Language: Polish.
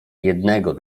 jednego